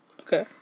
Okay